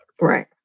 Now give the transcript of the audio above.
Right